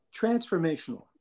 Transformational